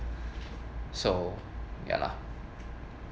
so ya lah